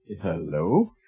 Hello